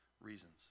reasons